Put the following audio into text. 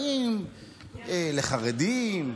באים לחרדים,